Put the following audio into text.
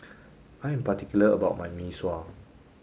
I am particular about my Mee Sua